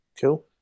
Cool